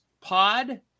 pod